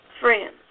friends